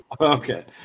Okay